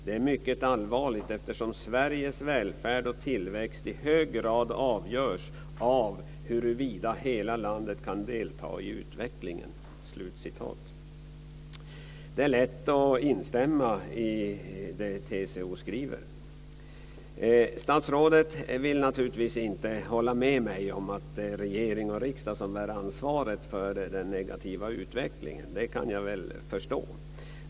Det är mycket allvarligt, eftersom Sveriges välfärd och tillväxt i hög grad avgörs av huruvida hela landet kan delta i utvecklingen." Det är lätt att instämma i det som TCO Statsrådet vill naturligtvis inte hålla med mig om att det är regering och riksdag som bär ansvaret för den negativa utvecklingen, det kan jag förstå.